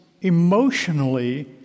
emotionally